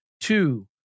Two